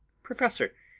professor,